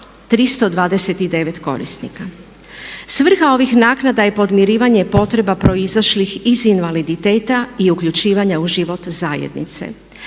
329 korisnika. Svrha ovih naknada je podmirivanje potreba proizašlih iz invaliditeta i uključivanja u život zajednice.